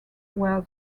where